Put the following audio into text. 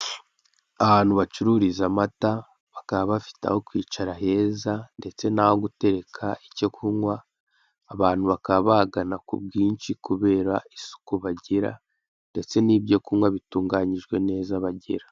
Ahantu bacururiza amata bakaba bafite aho kwicara heza ndetse n'aho gutereka icyo kunywa, abantu bakaba bahagana ku bwinshi kubera isuku bagira ndetse n'ibyo kunywa bitunganyijwe neza bagira.